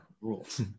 rules